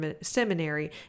Seminary